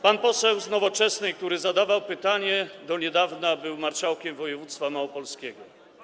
Pan poseł z Nowoczesnej, który zadawał pytanie, do niedawna był marszałkiem województwa małopolskiego.